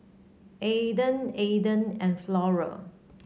Aden Aden and Flora